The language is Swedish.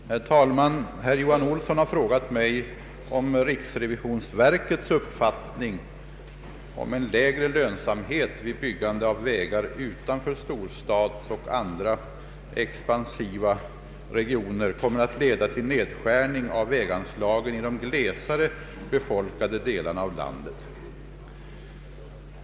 Herr talman! Herr Johan Olsson har frågat mig om riksrevisionsverkets uppfattning om en lägre lönsamhet vid byggande av vägar utanför storstadsoch andra expansiva regioner kommer att leda till nedskärning av väganslagen i de glesare befolkade delarna av landet.